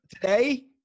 today